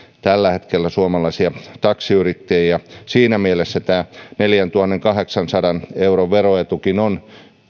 tällä hetkellä suomalaisia taksiyrittäjiä ja siinä mielessä tämä neljäntuhannenkahdeksansadan euron veroetukin on